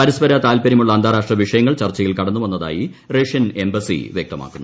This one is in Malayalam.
പരസ്പര താൽപ്പര്യമുള്ള അന്താരാഷ്ട്ര വിഷയങ്ങൾ ചർച്ചയിൽ കടന്നുവന്നതായി റഷ്യൻ എംബസി വൃക്തമാക്കുന്നു